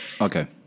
Okay